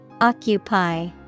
Occupy